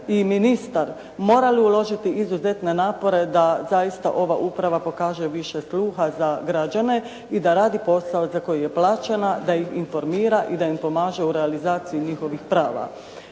i ministar morali uložiti izuzetne napore da zaista ova uprava pokaže više sluha za građane i da radi posao za koji je plaćena, i da ih informira, i da im pomaže u realizaciji njihovih prava.